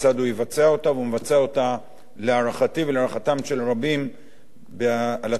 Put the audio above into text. והוא מבצע אותה להערכתי ולהערכתם של רבים על הצד הטוב ביותר.